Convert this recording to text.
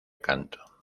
canto